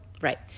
right